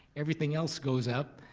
everything else goes up,